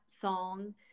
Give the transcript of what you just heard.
song